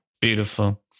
Beautiful